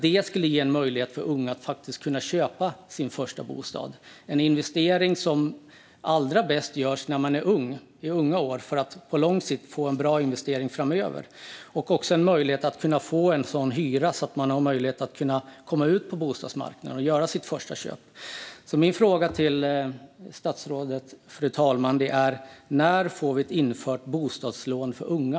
Det skulle ge en möjlighet för unga att faktiskt kunna köpa sin första bostad. Det är en investering som allra bäst görs i unga år för att bli en bra investering på lång sikt. Det är också en möjlighet att få en sådan hyra att man kan komma in på bostadsmarknaden och göra sitt första köp. Fru talman! Min fråga till statsrådet är: När får vi ett bostadslån för unga?